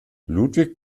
ludwig